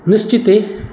निश्चित एहि